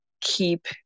keep